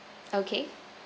okay